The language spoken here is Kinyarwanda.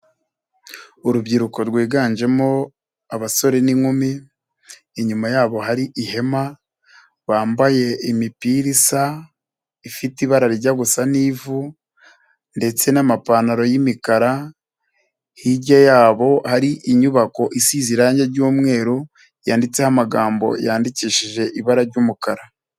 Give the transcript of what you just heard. Urubyiruko rwiganjemo abasore n'inkumi, inyuma yabo hari ihema bambaye imipira isa ifite ibara rijya gusa n'ivu, ndetse n'amapantaro y'imikara, hirya yabo hari inyubako isize irangi ry'umweru yanditseho amagambo yandikishije ibara ry'umukara.